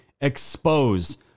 expose